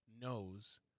knows